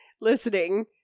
listening